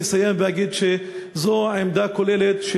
אני אסיים ואגיד שזו העמדה הכוללת,